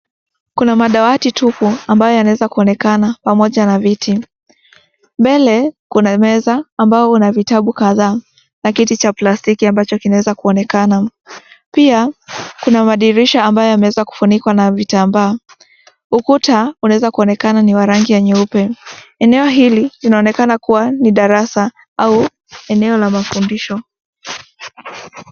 Kuna madawati tupu, ambayo yanaweza kuonekana pamoja na viti, mbele kuna meza ambayo ina vitabu kadhaa, na kiti cha plastiki ambacho kinaweza kuonekana, pia kuna madirisha ambayo yameweza kufunikwa na vitambaa, ukuta, unaweza kuonekana ninwa rangi ya nyeupe, eneo hili, linaonekana kuwa ni darasa, au eneo la mafundisho.